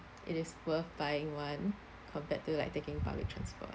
it is worth buying one compared to like taking public transport